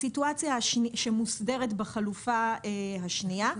הסיטואציה שמוסדרת בחלופה השנייה.